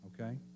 Okay